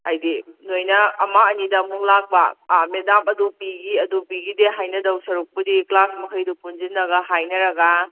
ꯍꯥꯏꯗꯤ ꯅꯣꯏꯅ ꯑꯃ ꯑꯅꯤꯗ ꯑꯃꯨꯛ ꯂꯥꯛꯄ ꯃꯦꯗꯥꯝ ꯑꯗꯨ ꯄꯤꯈꯤ ꯑꯗꯨ ꯄꯤꯈꯤꯗꯦ ꯍꯥꯏꯅꯗꯧ ꯁꯔꯨꯛꯄꯨꯗꯤ ꯀ꯭ꯂꯥꯁ ꯃꯈꯩꯗꯣ ꯄꯨꯟꯁꯤꯟꯅꯔ ꯍꯥꯏꯅꯔꯒ